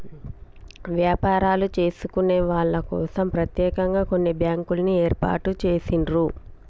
వ్యాపారాలు చేసుకునే వాళ్ళ కోసం ప్రత్యేకంగా కొన్ని బ్యాంకుల్ని ఏర్పాటు చేసిండ్రు